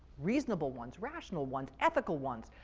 reasonable ones, rational ones, ethical ones?